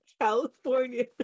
california